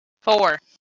Four